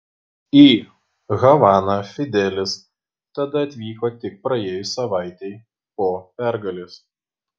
į havaną fidelis tada atvyko tik praėjus savaitei po pergalės